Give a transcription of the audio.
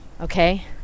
Okay